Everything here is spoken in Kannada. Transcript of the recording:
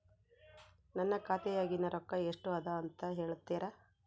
ನನ್ನ ಖಾತೆಯಾಗಿನ ರೊಕ್ಕ ಎಷ್ಟು ಅದಾ ಅಂತಾ ಹೇಳುತ್ತೇರಾ?